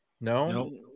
No